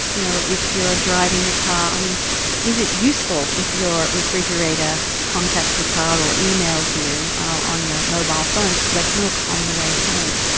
you know, if you're ah driving the car, i mean is it useful if your refrigerator contacts the car or emails you on your mobile phone to collect milk on your way home?